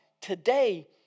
today